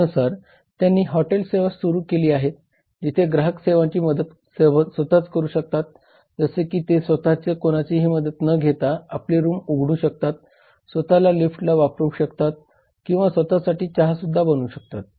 त्यानुसार त्यांनी हॉटेल सेवा सुरू केली जिथे ग्राहक स्वतःची मदत स्वतःच करू शकतात जसे की ते स्वतः कोणाची ही मदत न घेता आपले रूम उघडू शकतात स्वतः लिफ्टला ऑपरेट करू शकतात किंवा स्वतःसाठी चहासुद्धा बनवू शकतात